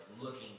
looking